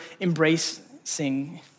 embracing